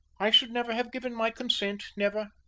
i should never have given my consent, never.